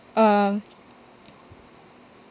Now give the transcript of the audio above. um